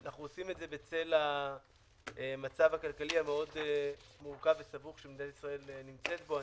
בצל המצב הכלכלי המאוד מורכב וסבוך שמדינת ישראל נמצאת בו.